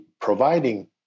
providing